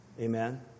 Amen